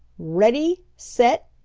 ready! set!